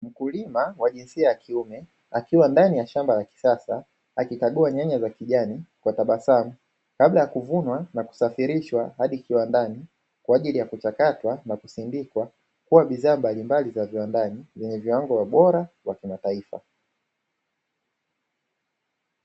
Mkulima wa jinsia ya kiume akiwa ndani ya shamba la kisasa akikagua nyanya za kijani kwa tabasamu, kabla ya kuvunwa na kusafirishwa hadi kiwandani kwaajili ya kuchakatwa na kusindikwa kuwa bidhaa mbalimbali za viwandani zenye viwango bora vya kimataifa.